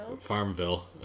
Farmville